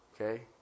okay